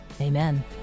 amen